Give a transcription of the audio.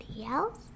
else